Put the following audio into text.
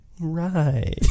Right